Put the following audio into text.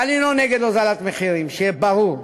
ואני לא נגד הורדת מחירים, שיהיה ברור.